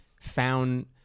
found